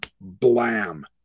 blam